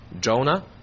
Jonah